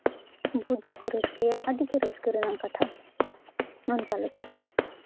ᱵᱚᱦᱩᱫ ᱜᱮᱠᱚ ᱨᱟᱹᱥᱠᱟᱹᱭᱟ ᱟᱨ ᱟᱹᱰᱤᱜᱮ ᱨᱟᱹᱥᱠᱟᱹ ᱨᱮᱱᱟᱜ ᱠᱟᱛᱷᱟ ᱱᱚᱝᱠᱟ ᱞᱮᱠᱟ